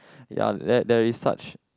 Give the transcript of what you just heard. ya there there is such